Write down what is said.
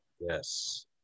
yes